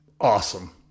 awesome